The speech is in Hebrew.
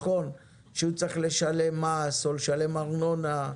כשהוא צריך לשלם מס או לשלם ארנונה.